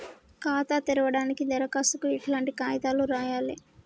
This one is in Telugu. ఖాతా తెరవడానికి దరఖాస్తుకు ఎట్లాంటి కాయితాలు రాయాలే?